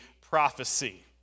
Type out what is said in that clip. prophecy